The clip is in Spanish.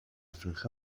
franja